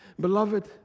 Beloved